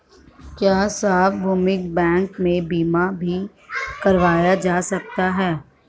क्या सार्वभौमिक बैंक में बीमा भी करवाया जा सकता है?